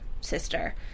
sister